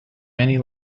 many